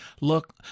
Look